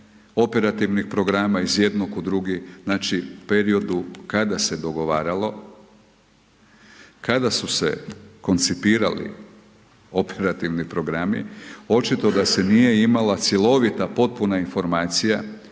operativnog programa iz jednog u drugi, znači u periodu kada se je dogovarali, kada su se koncipirali operativni programi, očito da se nije imala cjelovita, potpuna informacija,